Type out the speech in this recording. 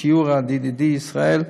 שיעור ה-DDD בישראל,